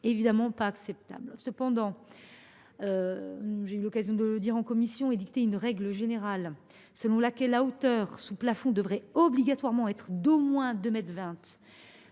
évidemment pas acceptable. Cependant, comme je l’ai déjà indiqué en commission, édicter une règle générale selon laquelle la hauteur sous plafond devrait obligatoirement être d’au moins 2,2 mètres